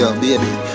baby